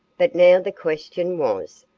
but now the question was,